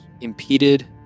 impeded